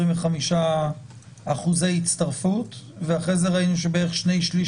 25% הצטרפות להסכמון ואחרי זה ראינו ש-60%